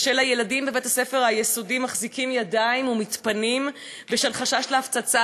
ושל הילדים בבתי-הספר היסודיים מחזיקים ידיים ומתפנים בשל חשש לפצצה,